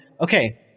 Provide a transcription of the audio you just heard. okay